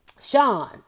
Sean